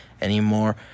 anymore